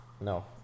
No